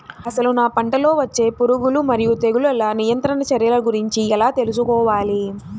అసలు నా పంటలో వచ్చే పురుగులు మరియు తెగులుల నియంత్రణ చర్యల గురించి ఎలా తెలుసుకోవాలి?